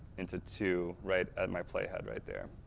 into two right at my play head right there.